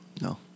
no